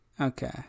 Okay